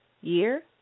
year